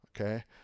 okay